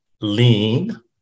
lean